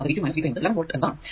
അത് V2 V3 എന്നത് 11 volt ആണ്